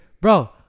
bro